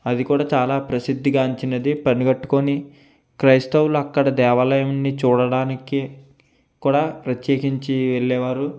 అది కూడా చాలా ప్రసిద్ధిగాంచినది పని కట్టుగొని క్రైస్తవులు అక్కడ దేవాలయాన్ని చూడడానికి కూడా ప్రత్యేకించి వెళ్ళేవారు